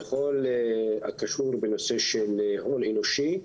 בכל הקשור בנושא של הון אנושי,